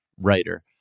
writer